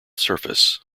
surface